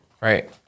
right